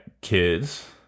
kids